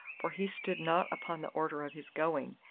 for he stood not upon the order of his going,